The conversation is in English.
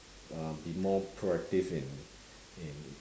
uh be more proactive in in